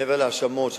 מעבר להאשמות,